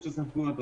שאלה: